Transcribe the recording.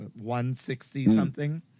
160-something